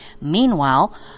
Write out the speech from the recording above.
Meanwhile